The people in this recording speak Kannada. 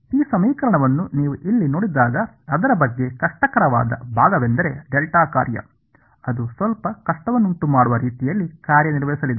ಈ ಸಮೀಕರಣವನ್ನು ನೀವು ಇಲ್ಲಿ ನೋಡಿದಾಗ ಅದರ ಬಗ್ಗೆ ಕಷ್ಟಕರವಾದ ಭಾಗವೆಂದರೆ ಡೆಲ್ಟಾ ಕಾರ್ಯ ಅದು ಸ್ವಲ್ಪ ಕಷ್ಟವನ್ನುಂಟುಮಾಡುವ ರೀತಿಯಲ್ಲಿ ಕಾರ್ಯನಿರ್ವಹಿಸಲಿದೆ